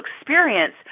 experience